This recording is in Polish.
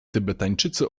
tybetańczycy